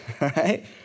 right